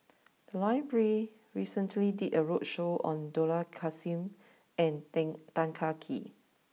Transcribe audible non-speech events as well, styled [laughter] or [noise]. [noise] the library recently did a roadshow on Dollah Kassim and [unintelligible] Tan Kah Kee